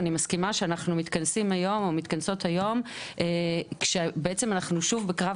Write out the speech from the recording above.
אני מסכימה שאנחנו מתכנסים ומתכנסות היום שבעצם אנחנו שוב בקרב